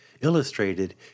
illustrated